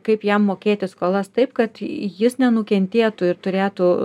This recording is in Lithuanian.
kaip jam mokėti skolas taip kad jis nenukentėtų ir turėtų